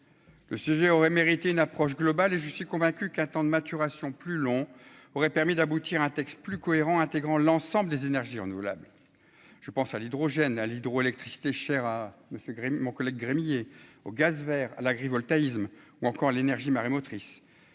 le sujet aurait mérité une approche globale et je suis convaincu qu'un temps de maturation plus long aurait permis d'aboutir à un texte plus cohérent, intégrant l'ensemble des énergies renouvelables, je pense à l'hydrogène à l'hydroélectricité cher à Monsieur Grimm, mon collègue Gremillet au gaz vers l'agrivoltaïsme, ou encore l'énergie marémotrice